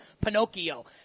Pinocchio